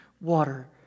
water